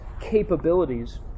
capabilities